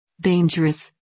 Dangerous